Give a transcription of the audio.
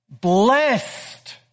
blessed